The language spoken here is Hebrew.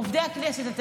עובדי הכנסת,